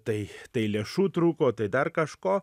tai tai lėšų trūko tai dar kažko